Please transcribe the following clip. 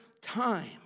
time